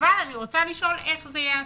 אבל אני רוצה לשאול איך זה ייעשה.